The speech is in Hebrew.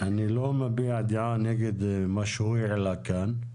מביע דעה נגד מה שהוא העלה כאן,